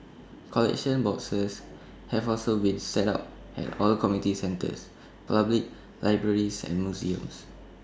collection boxes have also been set up at all the community centres public libraries and museums